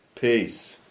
Peace